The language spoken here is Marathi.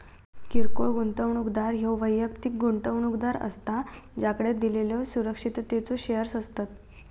किरकोळ गुंतवणूकदार ह्यो वैयक्तिक गुंतवणूकदार असता ज्याकडे दिलेल्यो सुरक्षिततेचो शेअर्स असतत